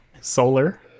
solar